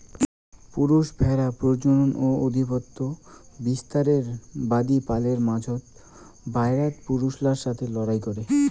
পুরুষ ভ্যাড়া প্রজনন ও আধিপত্য বিস্তারের বাদী পালের মাঝোত, বায়রাত পুরুষলার সথে লড়াই করে